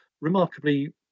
remarkably